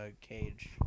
cage